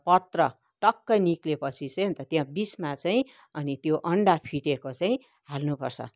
पत्र टक्कै निक्लेपछि चाहिँ अन्त त्यहाँ बिचमा चाहिँ अनि त्यो अन्डा फिटेको चाहिँ हाल्नुपर्छ